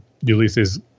Ulysses